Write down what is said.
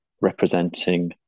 representing